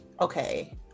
okay